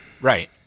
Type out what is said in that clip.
Right